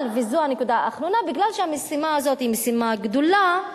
מכיוון שהמשימה הזאת היא משימה גדולה,